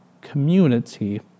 community